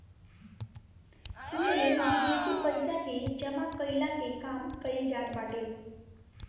इमे विदेशी पइसा के जमा कईला के काम कईल जात बाटे